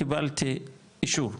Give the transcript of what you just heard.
קיבלתי אישור,